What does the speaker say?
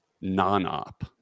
non-op